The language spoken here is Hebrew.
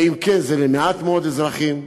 ואם כן, למעט מאוד אזרחים,